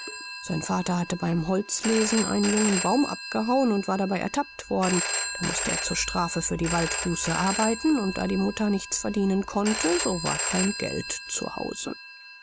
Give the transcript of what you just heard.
sein vater hatte beim holzlesen einen jungen baum abgehauen und war dabei ertappt worden da mußte er zur strafe für die waldbuße arbeiten und da die mutter nichts verdienen konnte so war kein geld